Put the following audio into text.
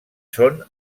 són